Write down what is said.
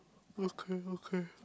okay okay